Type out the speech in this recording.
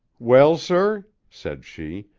well, sir, said she,